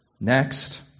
Next